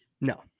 No